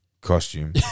costume